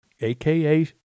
AKA